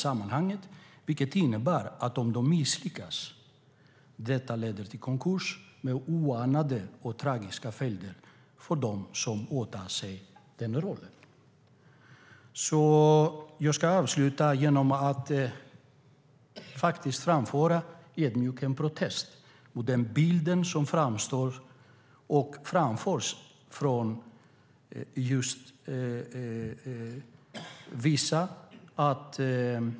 Om de misslyckas leder det till konkurs med oanade och tragiska följder för dem som åtar sig den rollen. Jag ska avsluta med att ödmjukt framföra en protest mot den bild som framförs av vissa.